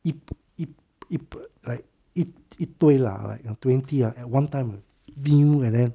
一一一 like 一一堆 lah like um twenty ah at one time uh view like that